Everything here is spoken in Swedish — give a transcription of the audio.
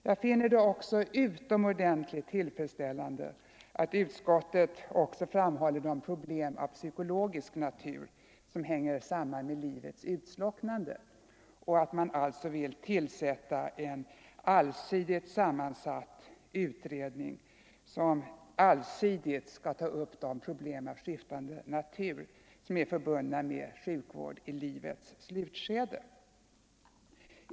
Jag finner det utomordentligt tillfredsställande att utskottet också framhåller de problem av psykologisk natur som hänger samman med livets utslocknande och att man vill tillsätta en allsidigt sammansatt utredning som allsidigt skall ta upp de problem av skiftande natur som är förbundna med sjukvård i livets slutskede.